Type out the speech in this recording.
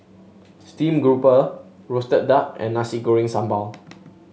Steamed Garoupa roasted duck and Nasi Goreng Sambal